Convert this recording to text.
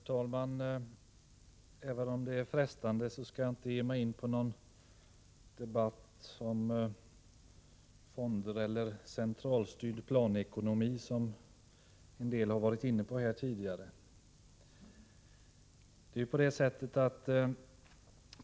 Herr talman! Även om det är frestande, skall jag inte ge mig in på någon debatt om fonder eller centralstyrd planekonomi, vilket en del talare har berört tidigare.